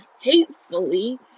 hatefully